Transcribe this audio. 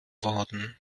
worden